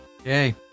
Okay